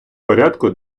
порядку